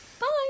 Bye